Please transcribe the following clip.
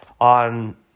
on